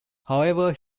however